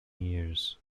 years